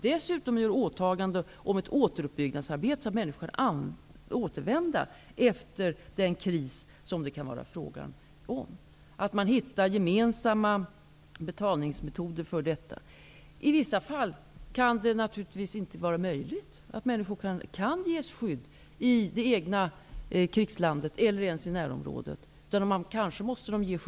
Dessutom skulle en konvention innehålla bl.a. gemensamma betalningsmetoder för att finansiera ett åtagande om återuppbyggnadsarbete, så att människor kan återvända när krisen är över. I vissa fall är det naturligtvis inte möjligt att ge människor skydd i det egna krigslandet eller ens i närområdet.